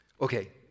Okay